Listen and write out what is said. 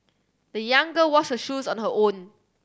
the young girl washed her shoes on her own